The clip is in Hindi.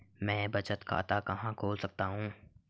मैं बचत खाता कहां खोल सकता हूं?